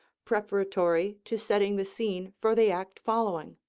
preparatory to setting the scene for the act following.